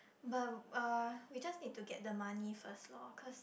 but uh we just need to get the money first loh cause